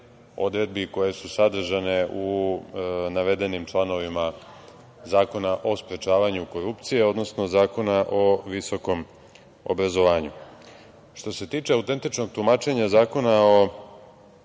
koje su sadržane u navedenim članovima Zakona o sprečavanju korupcije, odnosno Zakona o visokom obrazovanju. Što se tiče autentičnog tumačenja Zakona o